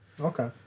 Okay